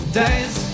days